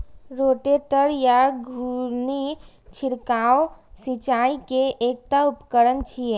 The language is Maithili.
रोटेटर या घुर्णी छिड़काव सिंचाइ के एकटा उपकरण छियै